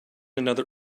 another